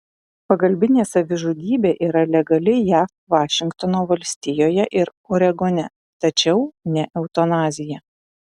pagalbinė savižudybė yra legali jav vašingtono valstijoje ir oregone tačiau ne eutanazija